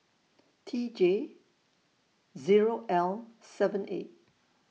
T J Zero L seven A